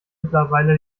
mittlerweile